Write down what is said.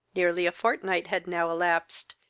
nearly a fortnight had now elapsed,